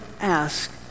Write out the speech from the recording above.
ask